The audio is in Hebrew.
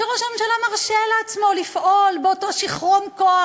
שראש הממשלה מרשה לעצמו לפעול באותו שיכרון כוח,